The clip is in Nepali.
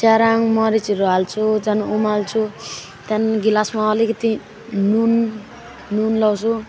चिया रङ मरिचहरू हाल्छु झन् उमाल्छु त्यहाँदेखि ग्लासमा अलिकति नुन नुन लगाउँछु